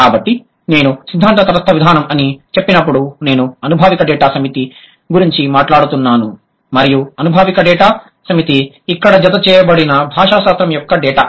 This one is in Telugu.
కాబట్టి నేను సిద్ధాంత తటస్థ విధానం అని చెప్పినప్పుడు నేను అనుభావిక డేటా సమితి గురించి మాట్లాడుతున్నాను మరియు అనుభావిక డేటా సమితి ఇక్కడ జత చేయబడిన భాషాశాస్త్రం యొక్క డేటా